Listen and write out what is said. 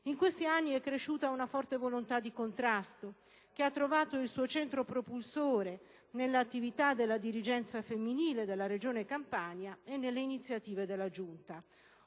In questi anni è cresciuta una forte volontà di contrasto, che ha trovato il suo centro propulsore nell'attività della dirigenza femminile della Regione Campania e nelle iniziative della giunta.